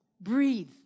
Breathe